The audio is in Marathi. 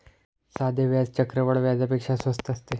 साधे व्याज चक्रवाढ व्याजापेक्षा स्वस्त असते